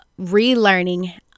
relearning